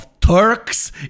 Turks